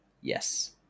Yes